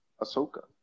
Ahsoka